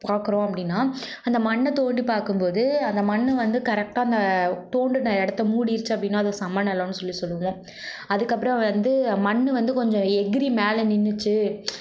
பார்க்குறோம் அப்படின்னா அந்த மண்ணை தோண்டி பார்க்கும் போது அந்த மண் வந்து கரெக்டாக அந்த தோண்டின இடத்தை மூடிடுச்சு அப்படின்னா அது ஒரு சம நிலன்னு சொல்லி சொல்லுங்க அதுக்கப்புறம் வந்து மண் வந்து கொஞ்சம் எகிறி மேலே நின்றுச்சி